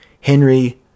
Henry